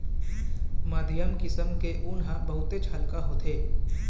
मध्यम किसम के ऊन ह बहुतेच हल्का होथे